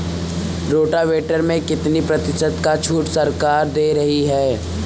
Rotavator में कितनी प्रतिशत का छूट सरकार दे रही है?